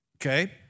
okay